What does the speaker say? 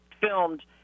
filmed